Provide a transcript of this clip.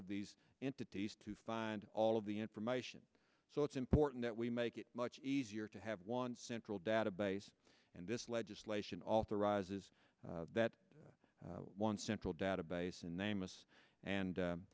of these entities to find all of the information so it's important that we make it much easier to have one central database and this legislation authorizes that one central database and name us and